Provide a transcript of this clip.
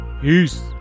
Peace